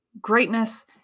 greatness